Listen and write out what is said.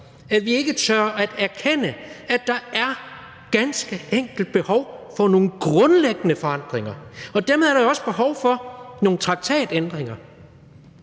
at turde erkende, at der ganske enkelt er behov for nogle grundlæggende forandringer. Og med dem er der jo også behov for nogle traktatændringer.